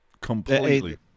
Completely